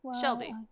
Shelby